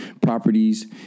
properties